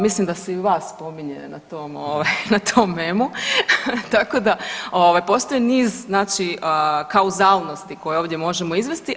Mislim da se i vas spominje na tom memu, tako da postoji niz, znači kauzalnosti koje ovdje možemo izvesti.